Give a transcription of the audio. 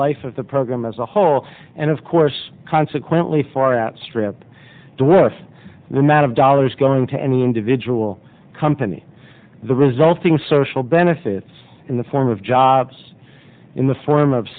life of the program as a whole and of course consequently far outstrip the worse than that of dollars going to any individual company the resulting social benefits in the form of jobs in the form of